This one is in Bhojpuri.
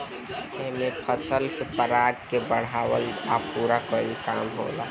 एमे फसल के पराग के बढ़ावला आ पूरा कईला के काम होला